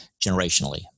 generationally